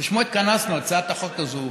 שלשמו התכנסנו, הצעת החוק הזאת,